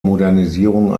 modernisierung